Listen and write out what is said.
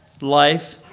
life